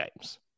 games